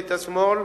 ממשלת השמאל?